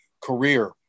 career